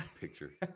picture